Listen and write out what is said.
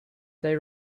they